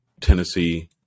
Tennessee